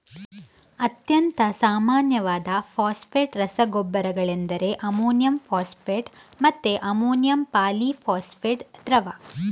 ಅತ್ಯಂತ ಸಾಮಾನ್ಯವಾದ ಫಾಸ್ಫೇಟ್ ರಸಗೊಬ್ಬರಗಳೆಂದರೆ ಅಮೋನಿಯಂ ಫಾಸ್ಫೇಟ್ ಮತ್ತೆ ಅಮೋನಿಯಂ ಪಾಲಿ ಫಾಸ್ಫೇಟ್ ದ್ರವ